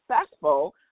successful